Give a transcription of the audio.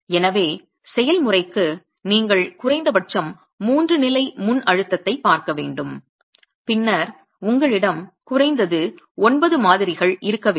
எனவே செயல்முறைக்கு நீங்கள் குறைந்தபட்சம் மூன்று நிலை முன்அழுத்தத்தைப் பார்க்க வேண்டும் பின்னர் உங்களிடம் குறைந்தது 9 மாதிரிகள் இருக்க வேண்டும்